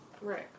Right